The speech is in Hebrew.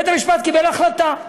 בית המשפט קיבל החלטה,